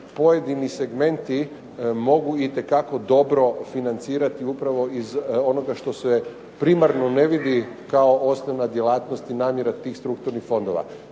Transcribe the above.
pojedini segmenti mogu itekako dobro financirati upravo iz onoga što se primarno ne vidi kao osnovna djelatnost i namjera tih strukturnih fondova.